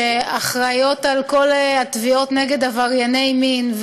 שאחראיות לכל התביעות נגד עברייני מין,